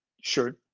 sure